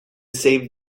save